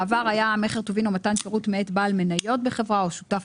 בעבר היה: "מכר טובין או מתן שירות מאת בעל מניות בחברה או שותף